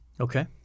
Okay